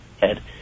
head